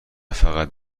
فقط